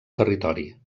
territori